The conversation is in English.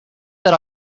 that